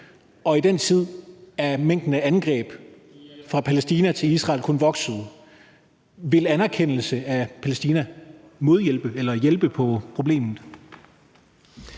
Og i den tid er mængden af angreb fra Palæstina til Israel kun vokset. Vil en anerkendelse af Palæstina hjælpe på problemet?